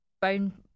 bone